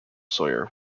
sawyer